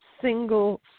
single